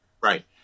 right